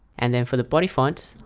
and then for the body font,